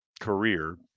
career